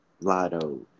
Lotto